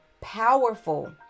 powerful